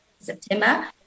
September